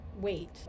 wait